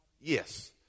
Yes